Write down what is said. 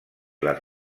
les